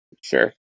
Sure